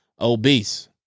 obese